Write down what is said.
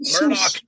Murdoch